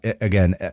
again